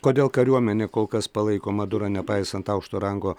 kodėl kariuomenė kol kas palaiko madurą nepaisant aukšto rango